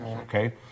okay